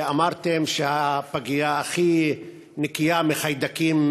ואמרתם שהפגייה הכי נקייה מחיידקים